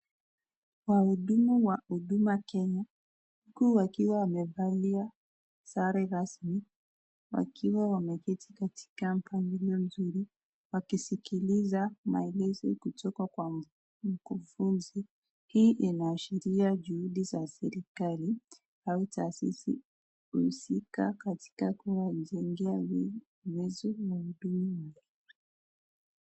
Wahudumu ya huruma kenya huku wamefalia sare rasmi wakiwa wamekati katika kambuna mzuri wakisikilisa maeleso kutoka mkufunzi hii ina ishiria juhudi ya serkali au tasisi musika katika kuwa mwoesi wa toumo.